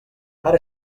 ara